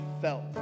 felt